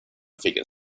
figure